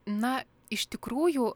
na iš tikrųjų